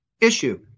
issue